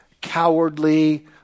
cowardly